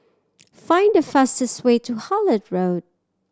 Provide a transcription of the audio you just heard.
find the fastest way to Hullet Road